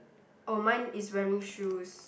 oh mine is wearing shoes